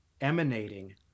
emanating